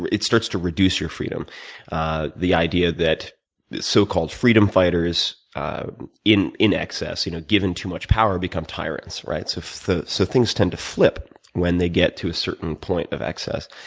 it starts to reduce your freedom the idea that so-called freedom fighters in in excess, you know, given too much power become tyrants, right, so so things tend to flip when they get to a certain point of excess.